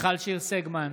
מיכל שיר סגמן,